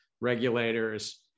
regulators